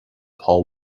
paul